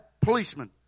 policemen